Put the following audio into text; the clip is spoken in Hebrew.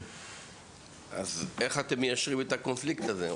איך אתם מיישבים את הקונפליקט הזה?